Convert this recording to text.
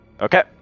Okay